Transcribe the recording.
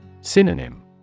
Synonym